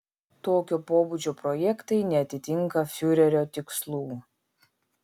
tokio pobūdžio projektai neatitinka fiurerio tikslų